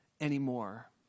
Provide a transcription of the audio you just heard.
anymore